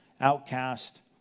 outcast